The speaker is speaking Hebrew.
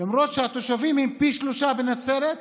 למרות שהתושבים הם פי שלושה בנצרת,